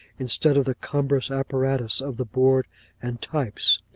instead of the cumbrous apparatus of the board and types.